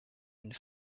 une